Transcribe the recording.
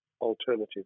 alternative